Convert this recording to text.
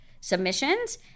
submissions